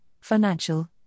financial